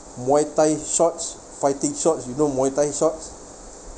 muay thai thai shorts fighting shorts you know muay thai thai shorts